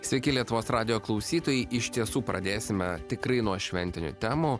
sveiki lietuvos radijo klausytojai iš tiesų pradėsime tikrai nuo šventinių temų